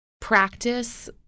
practice